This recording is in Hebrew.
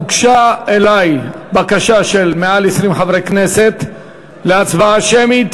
הוגשה אלי בקשה של מעל 20 חברי כנסת להצבעה שמית.